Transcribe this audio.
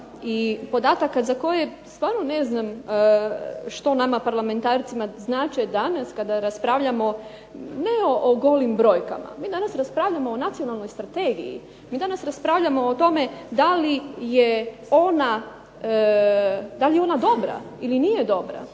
i podataka za koje stvarno ne znam što nama parlamentarcima znače danas kada raspravljamo ne o golim brojkama, mi danas raspravljamo o Nacionalnoj strategiji. Mi danas raspravljamo o tome da li je ona dobra ili nije dobra